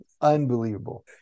Unbelievable